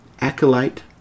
Acolyte